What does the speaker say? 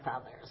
others